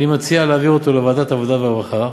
אני מציע להעביר אותו לוועדת העבודה והרווחה,